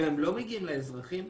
והם לא מגיעים לאזרחים,